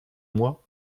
moi